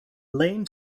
lane